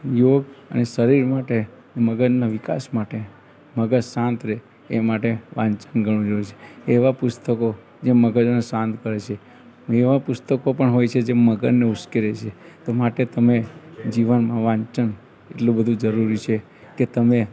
યોગ અને શરીર માટે અને મગજના વિકાસ માટે મગજ શાંત રહે એ માટે વાંચન ઘણું જરૂરી છે એવાં પુસ્તકો જે મગજને શાંત કરે છે એવાં પુસ્તકો પણ હોય છે જે મગજને ઉશ્કેરે છે માટે તમે જીવનમાં વાંચન એટલું બધુ જરૂરી છે કે તમે